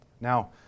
Now